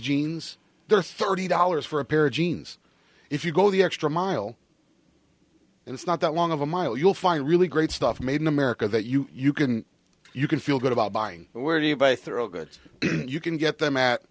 jeans there are thirty dollars for a pair of jeans if you go the extra mile and it's not that long of a mile you'll find really great stuff made in america that you can you can feel good about buying but where do you buy throw goods you can get them at